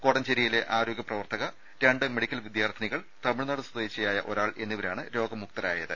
കോടഞ്ചേരിയിലെ ആരോഗ്യ പ്രവർത്തക രണ്ട് മെഡിക്കൽ വിദ്യാർത്ഥിനികൾ തമിഴ്നാട് സ്വദേശിയായ ഒരാൾ എന്നിവരാണ് രോഗമുക്തരായത്